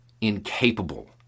incapable